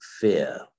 fear